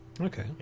Okay